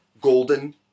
golden